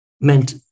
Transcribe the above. meant